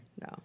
No